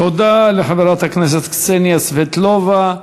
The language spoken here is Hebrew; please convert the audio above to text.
תודה לחברת הכנסת קסניה סבטלובה.